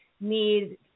need